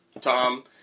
Tom